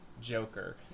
Joker